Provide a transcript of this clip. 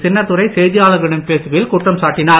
சின்னதுரை செய்தியாளர்களிடம் பேசுகையில் குற்றம் சாட்டினார்